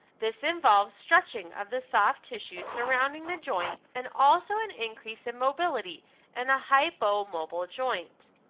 this involves stretching of the soft tissues surrounding the joint, and also an increase in mobility and a hypomobile joint.